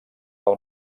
del